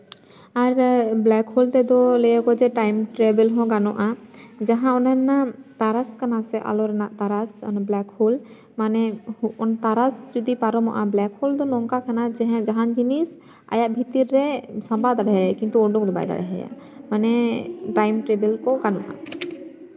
ᱟᱨ black hole ᱛᱮᱫᱚ ᱞᱟᱹᱭᱟ ᱠᱚ ᱡᱮ ᱴᱟᱭᱤᱢ ᱴᱮᱵᱤᱞ ᱦᱚᱸ ᱜᱟᱱᱚᱜᱼᱟ ᱡᱟᱦᱟᱸ ᱚᱱᱟ ᱨᱮᱱᱟᱜ ᱛᱟᱨᱟᱥ ᱠᱟᱱᱟ ᱥᱮ ᱟᱞᱚ ᱨᱮᱱᱟᱜ ᱛᱟᱨᱟᱥ ᱵᱞᱮᱠᱦᱳᱞ ᱛᱟᱦᱞᱮ ᱛᱟᱨᱟᱥ ᱡᱩᱫᱤ ᱯᱟᱨᱚᱢᱚᱜᱼᱟ ᱵᱞᱮᱠᱦᱳᱞ ᱫᱚ ᱱᱚᱝᱠᱟ ᱠᱟᱱᱟ ᱡᱟᱦᱟᱱ ᱡᱤᱱᱤᱥ ᱟᱭᱟᱜ ᱵᱷᱤᱛᱤᱨ ᱥᱟᱢᱵᱟᱣ ᱫᱟᱲᱮᱟᱴᱟᱭ ᱠᱤᱱᱛᱩ ᱩᱰᱩᱠ ᱫᱚᱵᱟᱭ ᱫᱟᱲᱮ ᱟᱭᱟ ᱢᱟᱱᱮ ᱴᱟᱭᱤᱢ ᱴᱮᱵᱤᱞ ᱠᱚ ᱵᱟᱹᱱᱩᱜᱼᱟ